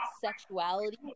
sexuality